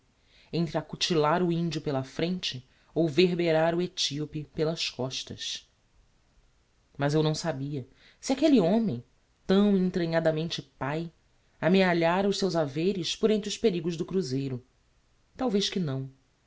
entre acutilar o indio pela frente ou verberar o ethyope pelas costas mas eu não sabia se aquelle homem tão entranhadamente pai amealhára os seus haveres por entre os perigos do cruzeiro talvez que não